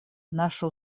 наше